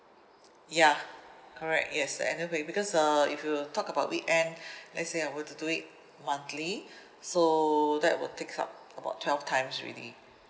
ya correct yes anyway because uh if you talk about weekend let's say I were to do it monthly so that will take up about twelve times already